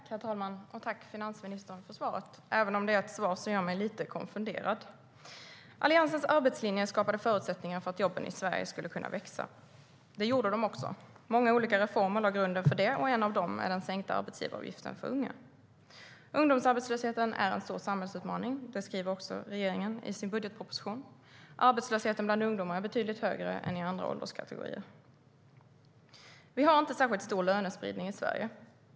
Herr talman! Tack, finansministern, för svaret, även om det är ett svar som gör mig lite konfunderad! Vi har inte särskilt stor lönespridning i Sverige.